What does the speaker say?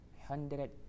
hundred